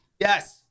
Yes